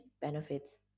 benefits